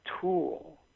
tool